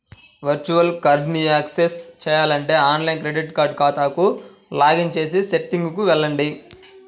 virtual కార్డ్ని access చేయాలంటే online credit card ఖాతాకు లాగిన్ చేసి సెట్టింగ్లకు వెళ్లండి